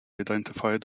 identified